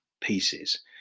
pieces